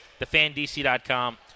thefandc.com